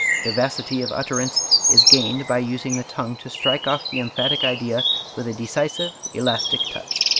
vivacity of utterance is gained by using the tongue to strike off the emphatic idea with a decisive, elastic touch.